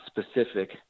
specific